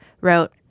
wrote